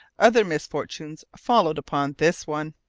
other misfortunes followed upon this one.